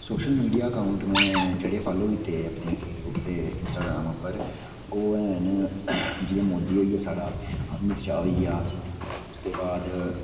social media account में जेह्ड़े follow कीते अपने फेसबुक ते इंस्टाग्रंम उप्पर हो हैन जियां मोदी होइया साढ़ा अमित शाह् होइया उसदे बाद